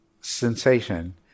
sensation